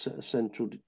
central